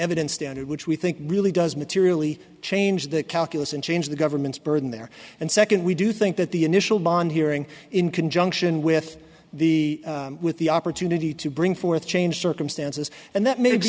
evidence standard which we think really does materially change the calculus and change the government's burden there and second we do think that the initial bond hearing in conjunction with the with the opportunity to bring forth change circumstances and that ma